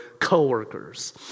coworkers